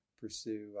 pursue